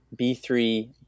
b3